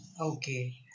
Okay